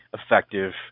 effective